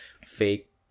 fake